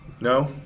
No